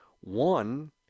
one